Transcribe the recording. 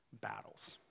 battles